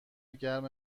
گرم